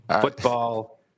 Football